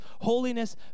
holiness